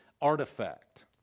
artifact